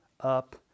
up